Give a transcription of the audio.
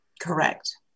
Correct